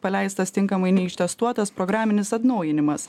paleistas tinkamai neištestuotas programinis atnaujinimas